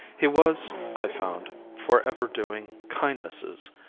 he was, i found, for ever doing kindnesses,